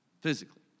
physically